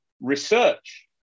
research